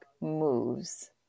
moves